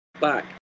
back